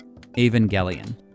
Evangelion